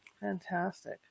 Fantastic